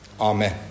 amen